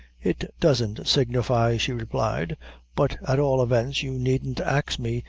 it doesn't signify, she replied but at all events you needn't ax me,